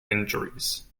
injuries